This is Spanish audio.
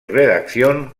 redacción